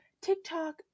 TikTok